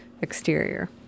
exterior